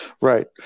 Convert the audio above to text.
right